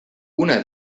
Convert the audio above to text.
una